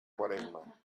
quaresma